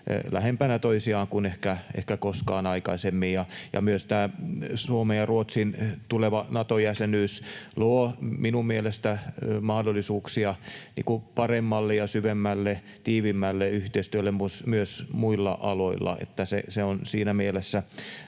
lähempänä toisiaan kuin ehkä koskaan aikaisemmin. Myös Suomen ja Ruotsin tuleva Nato-jäsenyys luo minun mielestäni mahdollisuuksia paremmalle ja syvemmälle, tiiviimmälle yhteistyölle myös muilla aloilla. Siinä mielessä